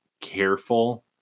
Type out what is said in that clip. careful